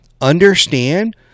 understand